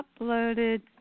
uploaded